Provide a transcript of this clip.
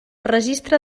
registre